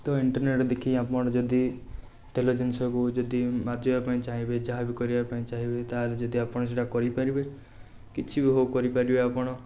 ତ ଇଣ୍ଟରନେଟ୍ ଦେଖିକି ଆପଣ ଯଦି ତେଲ ଜିନିଷକୁ ଯଦି ମାଜିବାପାଇଁ ଚାହିଁବେ ଯାହାବି କରିବାପାଇଁ ଚାହିଁବେ ତାହେଲେ ଯଦି ଆପଣ ସେଇଟା କରିପାରିବେ କିଛିବି ହେଉ କରିପାରିବେ ଆପଣ